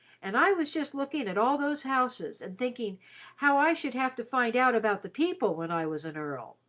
and i was just looking at all those houses, and thinking how i should have to find out about the people, when i was an earl.